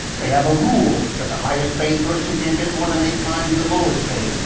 they have a rule that the highest-paid person can't get more than eight times the lowest-paid.